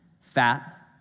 fat